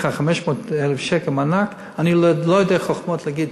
תשמע אותי, תאמין לי,